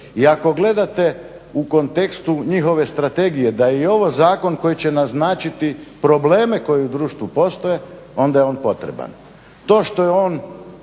I ako gledate u kontekstu njihove strategije da je i ovo zakon koji će naznačiti probleme koji u društvu postoje onda je on potreban.